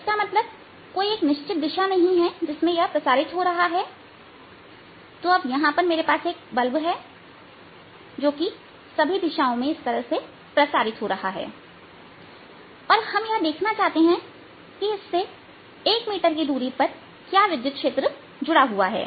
इसका मतलब है कि कोई निश्चित दिशा नहीं है जिसमें यह प्रसारित हो रहा है तो यहां मेरे पास एक बल्ब है जो कि सभी दिशाओं में प्रसारित हो रहा है और हम यह देखना चाहते हैं कि इस से 1 मीटर की दूरी पर क्या विद्युत क्षेत्र जुड़ा हुआ है